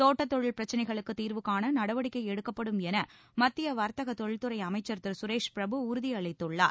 தோட்டத் தொழில் பிரச்னைகளுக்குத் தீர்வு காண நடவடிக்கை எடுக்கப்படும் என மத்திய வர்த்தக தொழில்துறை அமைச்சர் திரு சுரேஷ் பிரபு உறுதியளித்துள்ளார்